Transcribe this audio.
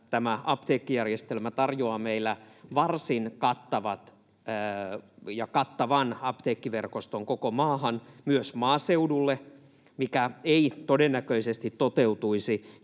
tämä apteekkijärjestelmä tarjoaa meillä varsin kattavan apteekkiverkoston koko maahan, myös maaseudulle, mikä ei todennäköisesti toteutuisi,